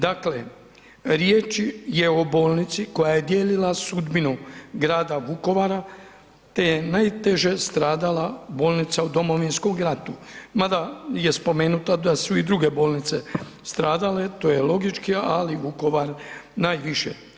Dakle, riječ je o bolnici koja je dijelila sudbinu grada Vukovara, te je najteže stradala bolnica u Domovinskom ratu, mada je spomenuto da su i druge bolnice stradale, to je logički, ali Vukovar najviše.